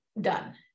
done